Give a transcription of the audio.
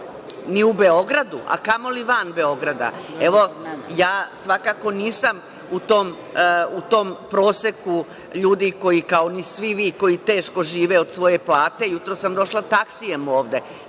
ni u Beogradu, a kamoli van Beograda. Evo, svakako nisam u tom proseku ljudi, kao ni svi vi, koji teško žive od svoje plate, jutros sam došla taksijem ovde